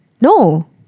No